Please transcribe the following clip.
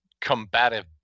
combative